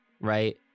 right